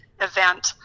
event